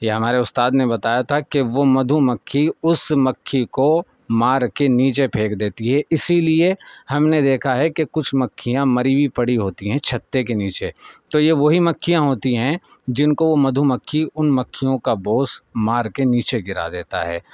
یہ ہمارے استاد نے بتایا تھا کہ وہ مدھو مکھی اس مکھی کو مار کے نیچے پھینک دیتی ہے اسی لیے ہم نے دیکھا ہے کہ کچھ مکھیاں مری ہوئی پڑی ہوتی ہیں چھتے کے نیچے تو یہ وہی مکھیاں ہوتی ہیں جن کو وہ مدھو مکھی ان مکھیوں کا بوس مار کے نیچے گرا دیتا ہے